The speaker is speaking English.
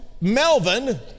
Melvin